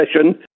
session